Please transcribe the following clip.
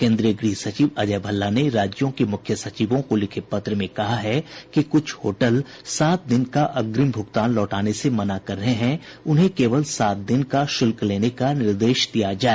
केन्द्रीय गृह सचिव अजय भल्ला ने राज्यों के मुख्य सचिवों को लिखे पत्र में कहा है कि कुछ होटल सात दिन का अग्रिम भुगतान लौटाने से मना कर रहे हैं उन्हें केवल सात दिन का शुल्क लेने का निर्देश दिया जाए